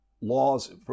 laws